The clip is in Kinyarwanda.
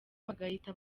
bagahita